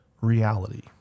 reality